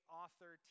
author